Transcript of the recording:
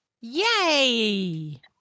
Yay